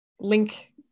link